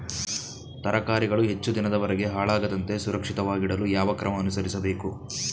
ತರಕಾರಿಗಳು ಹೆಚ್ಚು ದಿನದವರೆಗೆ ಹಾಳಾಗದಂತೆ ಸುರಕ್ಷಿತವಾಗಿಡಲು ಯಾವ ಕ್ರಮ ಅನುಸರಿಸಬೇಕು?